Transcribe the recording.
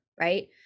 right